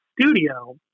studio